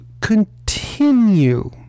continue